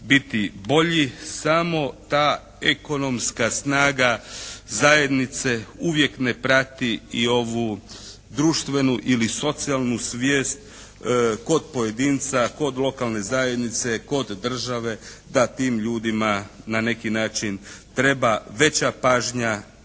biti bolji. Samo ta ekonomska snaga zajednice uvijek ne prati i ovu društvenu ili socijalnu svijest kod pojedinca, kod lokalne zajednice, kod države da tim ljudima na neki način treba veća pažnja